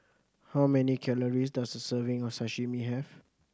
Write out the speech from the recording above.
how many calories does a serving of Sashimi have